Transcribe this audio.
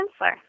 Kinsler